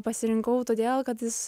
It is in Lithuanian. pasirinkau todėl kad jis